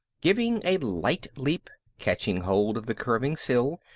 giving a light leap, catching hold of the curving sill,